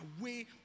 away